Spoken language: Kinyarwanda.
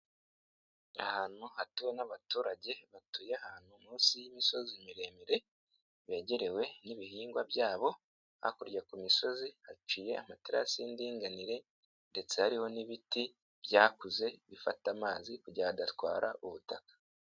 Ahantu hatuwe n'abaturage batuye ahantu munsi y'imisozi miremire, begerewe n'ibihingwa byabo, hakurya ku misozi haciye amaterasi y'indinganire ndetse hariho n'ibiti byakuze bifata amazi kugira adatwara ubutaka.